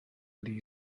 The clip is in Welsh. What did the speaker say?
wedi